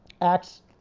Acts